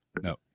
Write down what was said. no